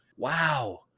Wow